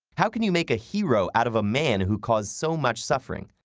how can you make a hero out of a man who caused so much suffering?